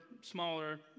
smaller